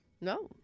No